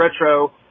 Retro